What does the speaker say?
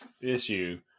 issue